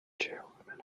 chairwoman